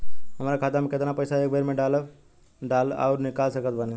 हमार खाता मे केतना पईसा एक बेर मे डाल आऊर निकाल सकत बानी?